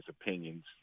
opinions